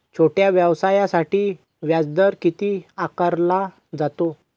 छोट्या व्यवसायासाठी व्याजदर किती आकारला जातो?